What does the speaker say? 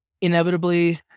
Inevitably